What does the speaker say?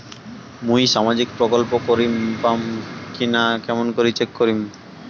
মুই সামাজিক প্রকল্প করির পাম কিনা কেমন করি চেক করিম?